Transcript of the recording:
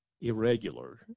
irregular